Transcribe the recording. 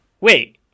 Wait